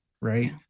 right